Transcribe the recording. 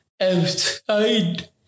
outside